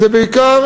זה בעיקר